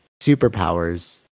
superpowers